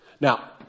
Now